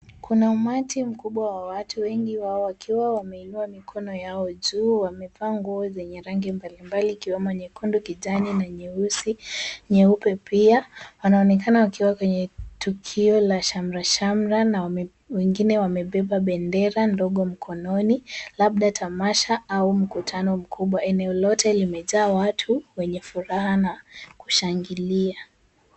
Kuna umati mkubwa wa watu ,wengi wao wakiwa wameinua mikono yao juu. Wamevaa nguo zenye rangi mbalimbali ikiwemo nyekundu ,kijani na nyeusi, nyeupe pia. Wanaonekana wakiwa kwenye tukio la shamrashamra na wengine wamebeba bendera ndogo mkononi labda tamasha au mkutano mkubwa. Eneo lote limejaa watu wenye furaha na kushangilia.